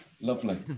Lovely